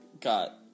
got